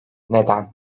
neden